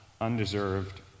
undeserved